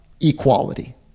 Equality